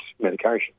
medication